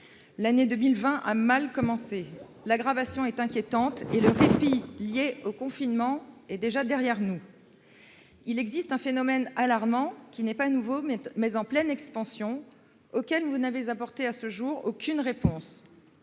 L'année 2020 a mal commencé. L'aggravation est inquiétante, et le répit lié au confinement déjà derrière nous. Il existe un phénomène alarmant- il n'est pas nouveau, mais en pleine expansion -, auquel vous n'avez apporté, à ce jour, aucune réponse